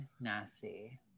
Nasty